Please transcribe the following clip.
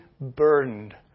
burdened